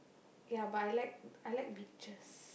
ya but I like I like beaches